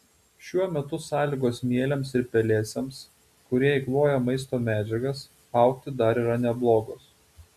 šiuo metu sąlygos mielėms ir pelėsiams kurie eikvoja maisto medžiagas augti dar yra neblogos